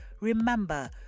Remember